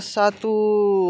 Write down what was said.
सा तु